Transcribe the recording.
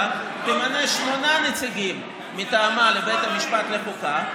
תמנה שמונה נציגים מטעמה לבית המשפט לחוקה.